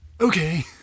Okay